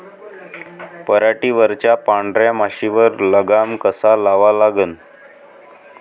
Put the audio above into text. पराटीवरच्या पांढऱ्या माशीवर लगाम कसा लावा लागन?